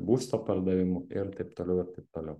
būsto pardavimu ir taip toliau ir taip toliau